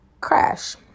crash